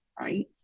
right